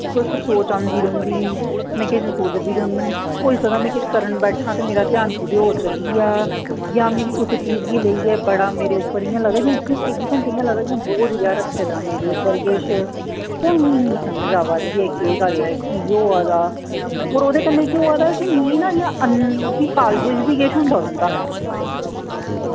किश सोच आंदी रौंह्दी में कुछ सोचदी रौह्न्नीं होई सकदा में कुछ करन बैठां ते मेरा ध्यान कुतै होर चली जा मिगी कुसै चीज गी लेइयै बड़ा मेरे उप्पर इ'यां लगदा जि'यां चौबी घैंटे इ'यां लगदा जि'यां बोझ जेहा रक्खे दा मेरे उप्पर किश ओह् मिगी निं समझ आवा दी ऐ केह् गल्ल ऐ कि होआ दा और ओह्दे कन्नै केह् होआ दा मिगी ना इ'यां कालजे च बी किश होंदा रौंह्दा